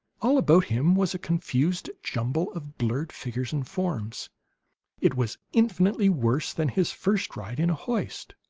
all about him was a confused jumble of blurred figures and forms it was infinitely worse than his first ride in a hoist.